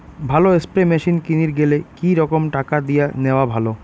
ভালো spray machine কিনির গেলে কি রকম টাকা দিয়া নেওয়া ভালো?